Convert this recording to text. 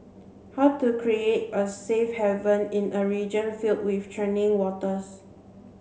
how to create a safe haven in a region filled with churning waters